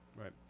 Right